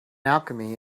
alchemy